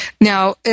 Now